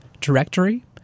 directory